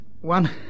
One